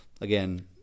again